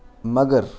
مگر